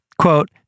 Quote